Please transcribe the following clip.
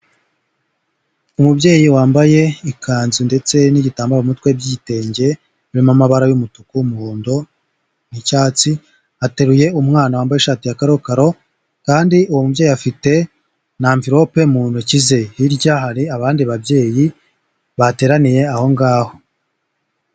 Umubyeyi wambaye ikanzu ndetse n'igitambamutwe by'igitenge birimo amabara y'umutuku, umuhondo, n'icyatsi ateruye umwana wambaye ishati ya karokaro kandi uwo umubyeyi afite na amvilope mu ntoki ze hirya hari abandi babyeyi bateraniye aho ngaho.